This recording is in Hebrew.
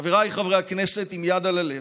חבריי חברי הכנסת, עם יד על הלב,